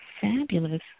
Fabulous